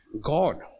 God